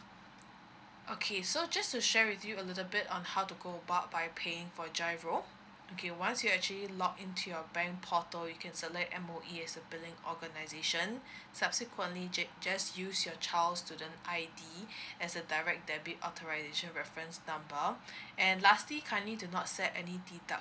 okay so just to share with you a little bit on how to go about by paying for giro okay once you actually log into your bank portal you can select M_O_E as a billing organization subsequently ju~ just use your child student I_D as a direct debit authorization reference number and lastly kindly do not set any deduction